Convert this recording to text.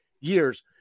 years